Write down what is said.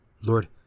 Lord